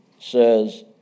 says